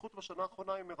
ההתפתחות בשנה האחרונה מרתקת.